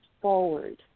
forward